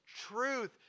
truth